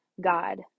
God